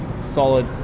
solid